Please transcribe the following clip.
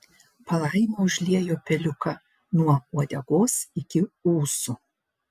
palaima užliejo peliuką nuo uodegos iki ūsų